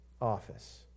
office